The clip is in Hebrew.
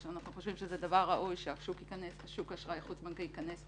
אנחנו חושבים שזה דבר ראוי ששוק האשראי החוץ בנקאי ייכנס לפיקוח,